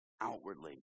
outwardly